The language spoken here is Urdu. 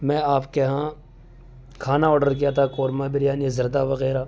مین آپ کے یہاں کھانا آرڈر کیا تھا قورمہ بریانی زردہ وغیرہ